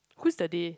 who's the they